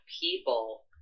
people